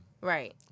Right